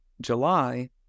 July